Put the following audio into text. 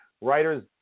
Writers